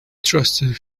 trusted